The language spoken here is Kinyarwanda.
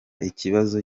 ikibazo